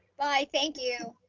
bye, thank you.